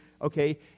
Okay